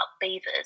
beavers